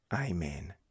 Amen